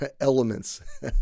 elements